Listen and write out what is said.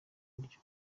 buryo